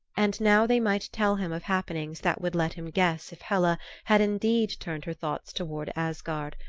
and now they might tell him of happenings that would let him guess if hela had indeed turned her thoughts toward asgard,